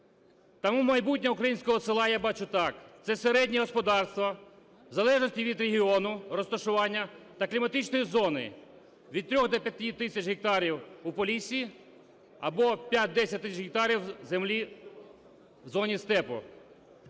Тому майбутнє українського села я бачу так: це середнє господарство в залежності від регіону, розташування, та кліматичної зони, від 3 до 5 тисяч гектарів у Поліссі або 5-10 тисяч гектарів землі в зоні степу.